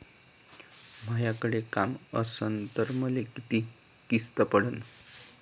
मायाकडे काम असन तर मले किती किस्त पडन?